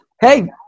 Hey